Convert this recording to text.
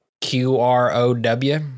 q-r-o-w